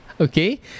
Okay